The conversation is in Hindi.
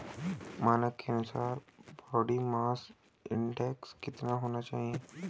मानक के अनुसार बॉडी मास इंडेक्स कितना होना चाहिए?